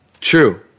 True